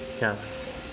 ya